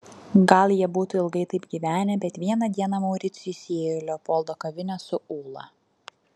gal jie būtų ilgai taip gyvenę bet vieną dieną mauricijus įėjo į leopoldo kavinę su ula